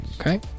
Okay